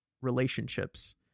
relationships